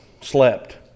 slept